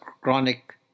chronic